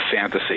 fantasy